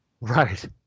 Right